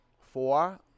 four